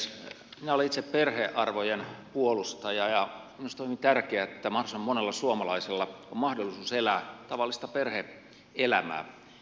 minä olen itse perhearvojen puolustaja ja minusta on hyvin tärkeää että mahdollisimman monella suomalaisella on mahdollisuus elää tavallista perhe elämää